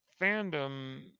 fandom